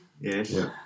Yes